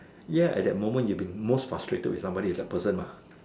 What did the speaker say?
ya at that moment been the most frustrated with somebody is that person mah